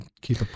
keep